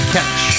Catch